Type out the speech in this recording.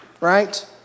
right